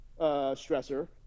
stressor